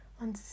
on